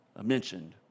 mentioned